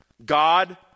God